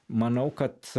manau kad